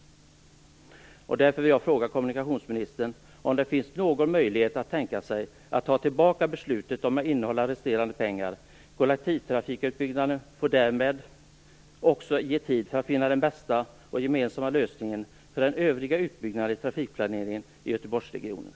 Finns det någon möjlighet att tänka sig att ta tillbaka beslutet om innehållande av resterande pengar för kollektivtrafikutbyggnaden och därmed också ge tid för att finna den bästa och gemensamma lösningen för den övriga utbyggnaden och trafikplaneringen i Göteborgsregionen?